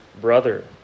brother